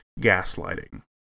gaslighting